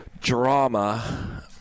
Drama